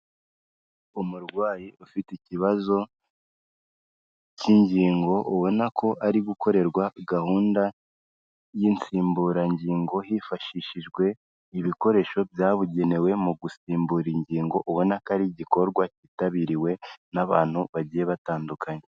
Umurwayi ufite ikibazo k'ingingo ubona ko ari gukorerwa gahunda y'insimburangingo, hifashishijwe ibikoresho byabugenewe mu gusimbura ingingo, ubona ko ari igikorwa kitabiriwe n'abantu bagiye batandukanye.